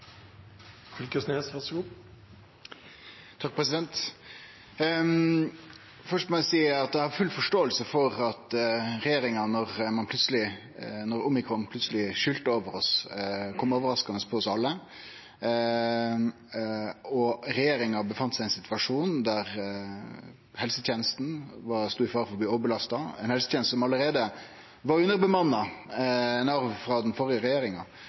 Først må eg seie at eg har full forståing for at regjeringa, da omikron plutseleg skylde over oss og kom overraskande på oss alle, og regjeringa var i ein situasjon der helsetenesta stod i fare for å bli overbelasta – ei helseteneste som allereie var underbemanna, noko som var ein arv frå den førre regjeringa